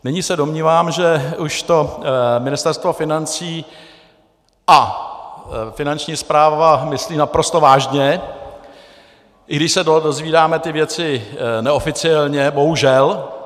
Nyní se domnívám, že už to Ministerstvo financí a Finanční správa myslí naprosto vážně, i když se ty věci dozvídáme neoficiálně, bohužel.